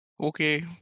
Okay